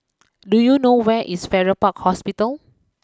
do you know where is Farrer Park Hospital